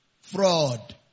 Fraud